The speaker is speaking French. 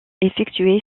effectuer